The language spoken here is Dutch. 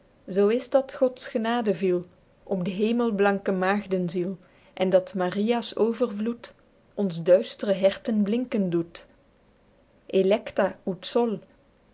zoo is t dat gods genade viel op d'hemelblanke maegdenziel en dat maria's overvloed onz duistre herten blinken doet electa ut